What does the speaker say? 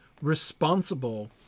responsible